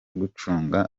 gucunga